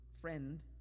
friend